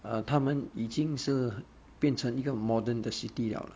err 他们已经是变成一个 modern 的 city 了 lah